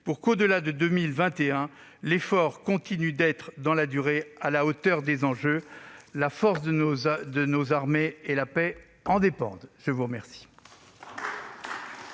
pour qu'au-delà de 2021 l'effort continue d'être, dans la durée, à la hauteur des enjeux : la force de nos armées et la paix en dépendent. La parole